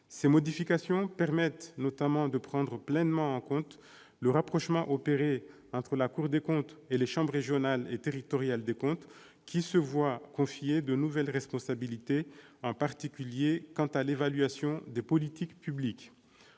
Ces modifications permettent notamment de prendre pleinement en compte le rapprochement opéré entre la Cour et les chambres régionales et territoriales des comptes, qui se voient confier de nouvelles responsabilités, en particulier quant à l'évaluation des politiques publiques.